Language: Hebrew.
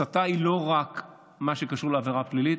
הסתה היא לא רק מה שקשור לעבירה פלילית,